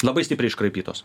labai stipriai iškraipytos